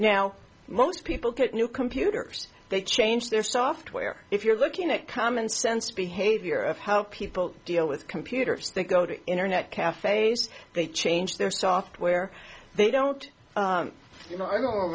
now most people get new computers they change their software if you're looking at commonsense behavior of how people deal with computers they go to internet cafes they change their software they don't you know i don't